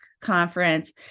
conference